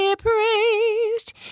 Praised